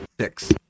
Six